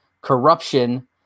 corruption